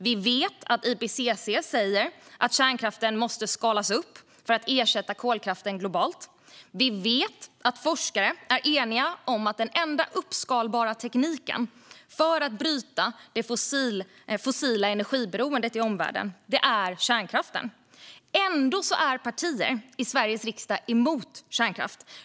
Vi vet att IPCC säger att kärnkraften måste skalas upp för att ersätta kolkraften globalt. Och vi vet att forskare är eniga om att den enda uppskalbara tekniken för att bryta det fossila energiberoendet i omvärlden är kärnkraften. Ändå är partier i Sveriges riksdag emot kärnkraft.